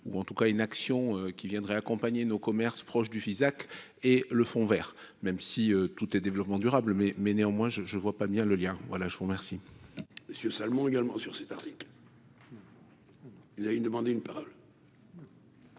ou en tout cas une action qui viendrait accompagner nos commerces proches du Fisac et le Fonds Vert, même si toutes et développement durable mais mais néanmoins je je ne vois pas bien le lien voilà je vous remercie.